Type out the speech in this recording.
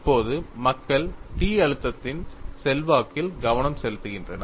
இப்போது மக்கள் T அழுத்தத்தின் செல்வாக்கில் கவனம் செலுத்துகின்றனர்